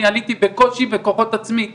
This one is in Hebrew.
אני עליתי בקושי בכוחות עצמי לבית,